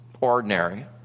ordinary